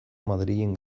madrilen